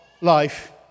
life